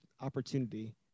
opportunity